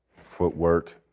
Footwork